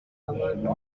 abantu